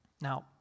Now